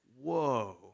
whoa